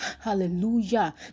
Hallelujah